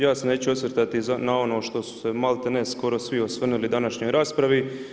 Ja se neću osvrtati na ono što su se maltene skoro svi osvrnuli na današnjoj raspravi.